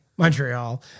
Montreal